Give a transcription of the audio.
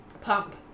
pump